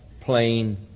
plain